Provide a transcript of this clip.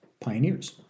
pioneers